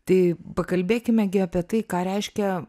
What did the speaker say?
tai pakalbėkime apie tai ką reiškia